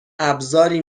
ابزاری